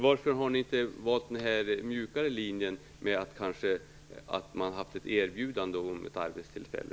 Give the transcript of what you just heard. Varför har ni inte valt den mjukare linjen med att man i stället kanske hade haft ett erbjudande om ett arbetstillfälle?